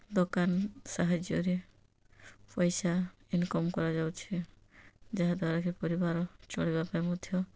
ଦୋକାନ ସାହାଯ୍ୟରେ ପଇସା ଇନ୍କମ୍ କରାଯାଉଛି ଯାହା ଦ୍ୱାରାକି ପରିବାର ଚଳିବା ପାଇଁ ମଧ୍ୟ